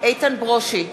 איתן ברושי,